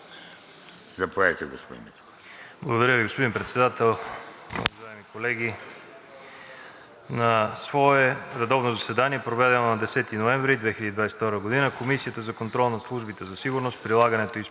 Заповядайте, господин Митов.